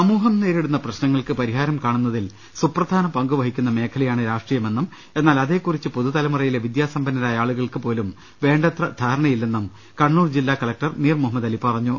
സമൂഹം നേരിടുന്ന പ്രശ്നങ്ങൾക്ക് പരിഹാരം കാണുന്നതിൽ സുപ്രധാന പങ്കുവഹിക്കുന്ന മേഖല യാണ് രാഷ്ട്രീയമെന്നും എന്നാൽ അതേക്കുറിച്ച് പുതുതലമുറയിലെ വിദ്യാസമ്പന്നരായ ആളുകൾക്ക് പോലും വേണ്ടത്ര ധാരണയില്ലെന്നും കണ്ണൂർ ജില്ലാ കലക്ടർ മീർ മുഹമ്മദലി പറഞ്ഞു